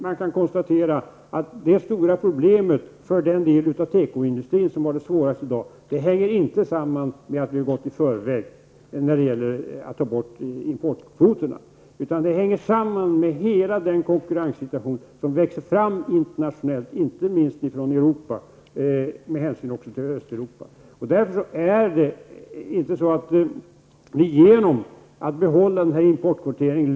Man kan konstatera att det stora problemet för den del av tekoindustrin som har det svårast i dag inte hänger samman med att vi har gått i förväg genom att ta bort importkvoterna. Det hänger samman med hela den konkurrenssituation som växer fram internationellt. Inte minst gäller det Europa, om hänsyn också tas till Östeuropa. Därför löser vi inte problemet för tekoindustrin genom att behålla importkvoteringen.